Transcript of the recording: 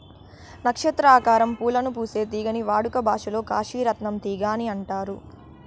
నక్షత్ర ఆకారం పూలను పూసే తీగని వాడుక భాషలో కాశీ రత్నం తీగ అని అంటారు